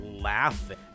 laughing